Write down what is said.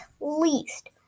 least